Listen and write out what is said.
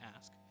ask